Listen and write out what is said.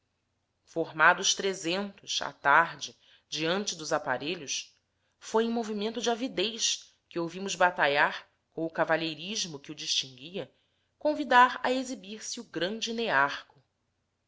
formados trezentos à tarde diante dos aparelhos foi em movimento de avidez que ouvimos bataillard com o cavalheirismo que o distinguia convidar a exibir se o grande